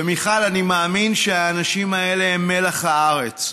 ומיכל, אני מאמין שהאנשים האלה הם מלח הארץ.